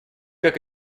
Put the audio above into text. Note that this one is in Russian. как